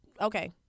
okay